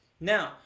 Now